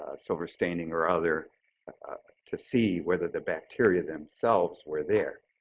ah silver staining or other to see whether the bacteria themselves were there